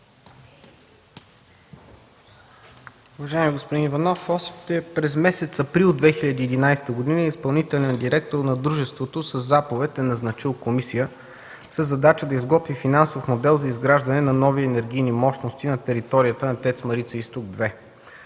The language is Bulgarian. Уважаеми господин Иванов, още през месец април 2011 г. изпълнителен директор на дружеството със заповед е назначил комисия със задача да изготви финансов модел за изграждане на нови енергийни мощности на територията на ТЕЦ „Марица Изток 2”.